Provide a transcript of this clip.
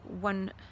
one